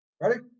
Ready